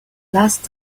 last